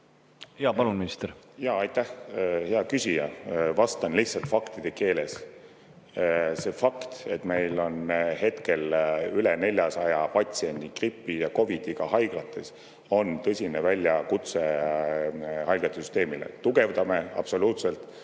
Jaa, palun, minister! Aitäh, hea küsija! Vastan lihtsalt faktide keeles. See fakt, et meil on hetkel üle 400 patsiendi gripi ja COVID-iga haiglates, on tõsine väljakutse haiglasüsteemile. Tugevdame süsteemi,